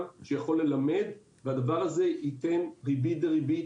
שיכול ללמד והדבר הזה ייתן ריבית דריבית,